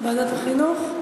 ועדת החינוך.